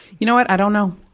you know what? i don't know.